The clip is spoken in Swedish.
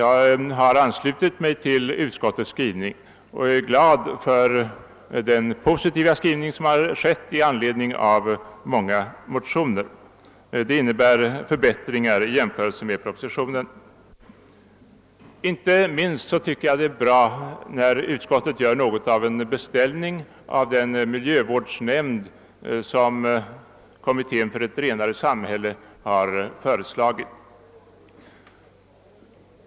Jag har anslutit mig till utskottets utlåtande och är glad för den positiva skrivning som utskottet har framlagt i anledning av våra motioner. Det innebär förbättringar i jämförelse med propositionen. Inte minst är det tacknämligt, att utskottet gör något av en beställning när det gäller den miljövårdsnämnd som Kommittén för ett renare samhälle har föreslagit.